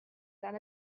that